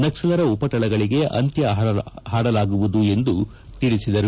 ನಕ್ಸಲರ ಉಪಟಳಗಳಿಗೆ ಅಂತ್ಯ ಹಾಡಲಾಗುವುದು ಎಂದು ತಿಳಿಸಿದರು